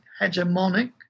hegemonic